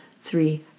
three